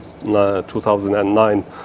2009